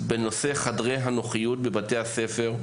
בנושא חדרי הנוחיות בבתי הספר,